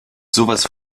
sowas